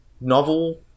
novel